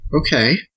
okay